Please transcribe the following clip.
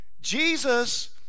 Jesus